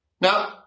Now